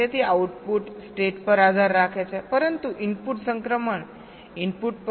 તેથી output state પર આધાર રાખે છે પરંતુ ઇનપુટ સંક્રમણ ઇનપુટ પર આધાર રાખે છે